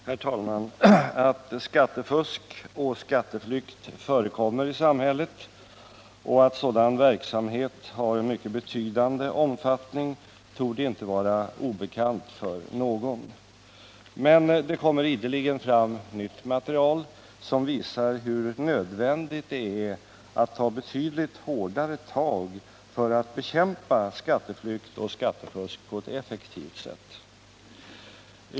Herr talman! Att skattefusk och skatteflykt förekommer i samhället och att sådan verksamhet har en mycket betydande omfattning torde inte vara obekant för någon. Men det kommer ideligen fram nytt material som visar hur nödvändigt det är att ta betydligt hårdare tag för att bekämpa skatteflykt och skattefusk på ett effektivt sätt.